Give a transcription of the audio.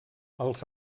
els